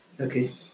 Okay